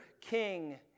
king